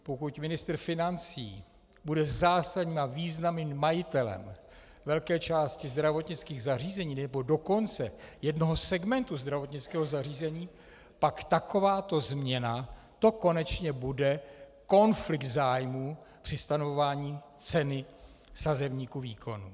Pokud ministr financí bude zásadním a významným majitelem velké části zdravotnických zařízení, nebo dokonce jednoho segmentu zdravotnického zařízení, pak takováto změna, to konečně bude konflikt zájmů při stanovování ceny sazebníku výkonů.